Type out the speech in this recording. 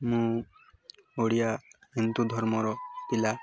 ମୁଁ ଓଡ଼ିଆ ହିନ୍ଦୁ ଧର୍ମର ପିଲା